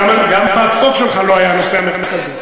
גם הסוף שלך לא היה הנושא המרכזי.